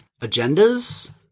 agendas